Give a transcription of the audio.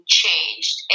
changed